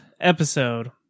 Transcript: episode